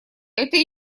это